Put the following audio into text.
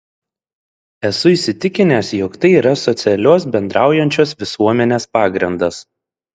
esu įsitikinęs jog tai yra socialios bendraujančios visuomenės pagrindas